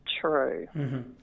true